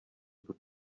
pod